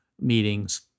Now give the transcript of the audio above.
meetings